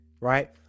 right